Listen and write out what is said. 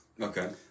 Okay